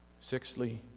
Sixthly